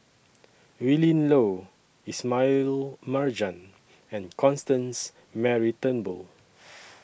Willin Low Ismail Marjan and Constance Mary Turnbull